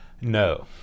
No